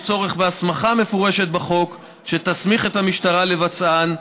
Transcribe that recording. יש צורך בהסמכה מפורשת בחוק שתסמיך את המשטרה לבצען,